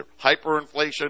hyperinflation